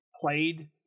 played